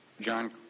John